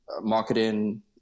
marketing